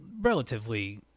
relatively